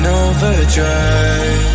overdrive